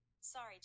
Sorry